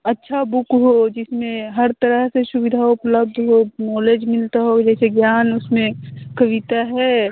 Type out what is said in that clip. अच्छा बुक हो जिसमें हर तरह से सुविधा उपलब्ध हो नॉलेज मिलता हो जैसे ज्ञान उसमें कविता है